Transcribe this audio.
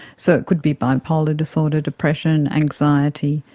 so it could be bipolar disorder, depression, anxiety.